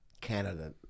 Canada